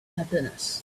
happiness